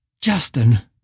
Justin